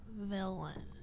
villain